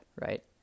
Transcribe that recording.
right